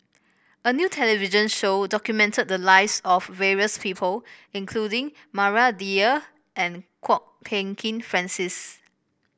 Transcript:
a new television show documented the lives of various people including Maria Dyer and Kwok Peng Kin Francis